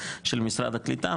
של משרד הקליטה,